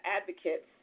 advocates